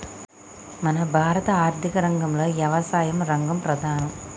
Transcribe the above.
మన భారత ఆర్థిక రంగంలో యవసాయ రంగం ప్రధానం